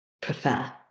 prefer